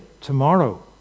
tomorrow